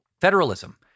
federalism